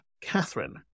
Catherine